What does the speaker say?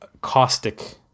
caustic